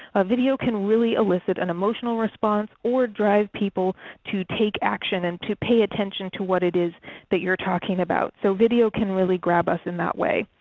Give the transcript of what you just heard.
a video can really elicit an emotional response or drive people to take action, and to pay attention to what it is that you are talking about. so video can really grab us in that way.